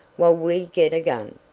while we get a gun,